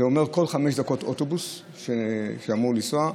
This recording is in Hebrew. זה אומר כל חמש דקות אוטובוס שאמור לנסוע.